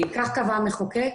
כך קבע המחוקק,